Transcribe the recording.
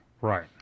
right